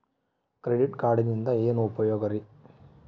Credit ಕಾರ್ಡಿನಿಂದ ಏನು ಉಪಯೋಗದರಿ?